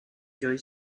joy